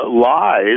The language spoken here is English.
lies